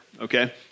okay